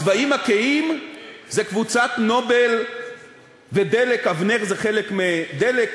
הצבעים הכהים הם קבוצת "נובל" ו"דלק" "אבנר" זה חלק מ"דלק".